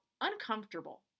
uncomfortable